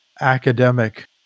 academic